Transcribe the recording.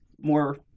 more